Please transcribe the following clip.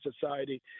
society